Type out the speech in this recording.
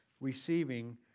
receiving